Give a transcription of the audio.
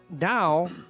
now